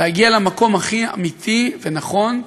להגיע למקום הכי אמיתי ונכון,